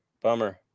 bummer